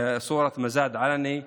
באיבטין שבו מחיר מגרש לבנייה